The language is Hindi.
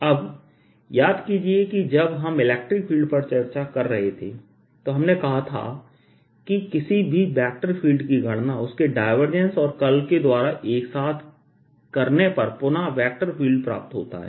अब याद कीजिए कि जब हम इलेक्ट्रिक फील्ड पर चर्चा कर रहे थे तो हमने कहा था कि किसी भी वेक्टर फील्ड की गणना उसके डायवर्जेंस और कर्ल के द्वारा एक साथ करने पर पुनः वेक्टर फील्ड प्राप्त होता है